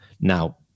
Now